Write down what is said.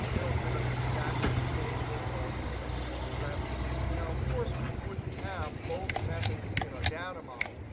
it will give us exactly the same result as total revenue. now, of course, we wouldn't have both methods in our data model.